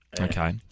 Okay